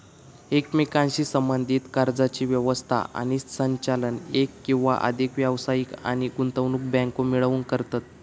एकमेकांशी संबद्धीत कर्जाची व्यवस्था आणि संचालन एक किंवा अधिक व्यावसायिक आणि गुंतवणूक बँको मिळून करतत